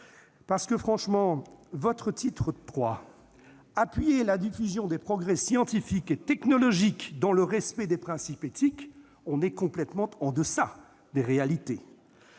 du CCNE. Franchement, votre titre III- « Appuyer la diffusion des progrès scientifiques et technologiques dans le respect des principes éthiques » -est complètement en deçà des réalités.